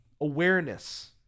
awareness